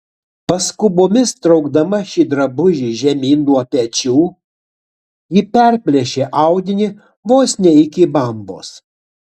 paskubomis traukdama šį drabužį žemyn nuo pečių ji perplėšė audinį vos ne iki bambos